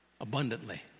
Abundantly